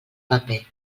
paper